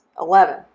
Eleven